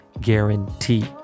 guarantee